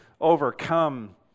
overcome